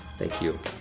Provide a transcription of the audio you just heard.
thank you.